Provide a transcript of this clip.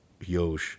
Yosh